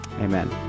Amen